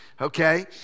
okay